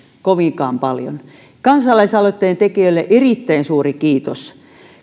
kovinkaan paljon kansalaisaloitteen tekijöille erittäin suuri kiitos